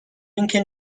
اینکه